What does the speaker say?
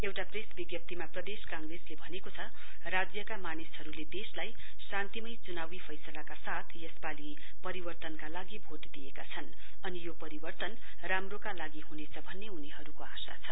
एउटा प्रेस विज्ञप्तीमा प्रदेश काँग्रेसले भनेको छ राज्यका मानिसहरुले देशलाई शान्तिमय चुनावी फैसलाका साथ यसपालि परिवर्तनका लागि भोट दिएका छन् अनि यो परिवर्तन राम्रोका लागि हुनेछ भन्ने उनीहरुको आशा छ